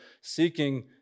seeking